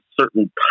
certain